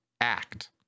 act